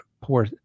poor